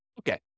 Okay